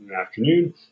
afternoon